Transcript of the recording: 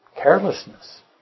Carelessness